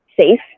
safe